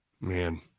Man